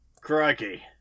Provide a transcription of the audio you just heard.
Crikey